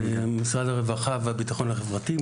משרד הרווחה והביטחון החברתי,